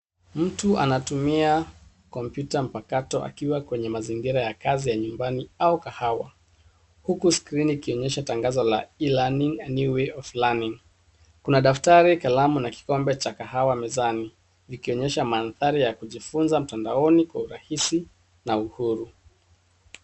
Mtu anatumia kompyuta mpakato akiwa kwenye mazingira ya kazi ya nyumbani au kahawa huku skrini ikionyesha tangazo la e-learning ,new way of learning. Kuna daftari, kalamu na kikombe cha kahawa mezani zikionyesha mandhari ya kujifunza mtandaoni kwa urahisi na uhuru.